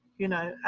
you know,